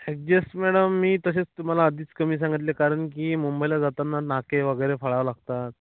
adjust madam मी तसेच तुम्हाला आधीच कमी सांगितले कारण की मुंबईला जाताना नाके वगैरे फाडावं लागतात